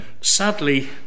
sadly